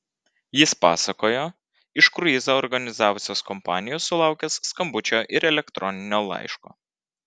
jis pasakojo iš kruizą organizavusios kompanijos sulaukęs skambučio ir elektroninio laiško